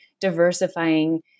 diversifying